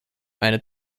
eine